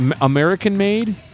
American-made